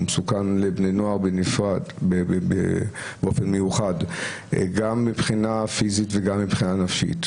הוא מסוכן לבני נוער באופן מיוחד גם מבחינה פיזית וגם מבחינה נפשית.